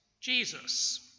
Jesus